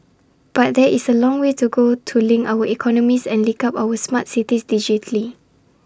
but there is A long way to go to link our economies and link up our smart cities digitally